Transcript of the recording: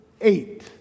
eight